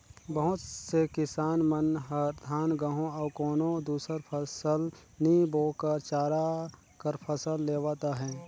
बहुत से किसान मन हर धान, गहूँ अउ कोनो दुसर फसल नी बो कर चारा कर फसल लेवत अहे